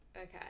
Okay